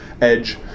edge